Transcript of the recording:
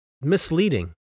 misleading